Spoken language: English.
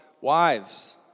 Wives